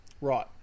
right